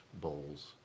bowls